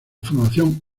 formación